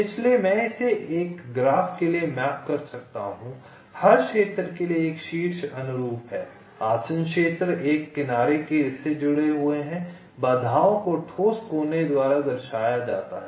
इसलिए मैं इसे एक ग्राफ के लिए मैप कर सकता हूं हर क्षेत्र के लिए एक शीर्ष अनुरूप है आसन्न क्षेत्र एक किनारे से जुड़े हुए हैं बाधाओं को ठोस कोने द्वारा दर्शाया जाता है